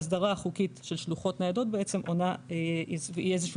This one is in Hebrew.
ההסדרה החוקית של שלוחות ניידות היא איזה שהוא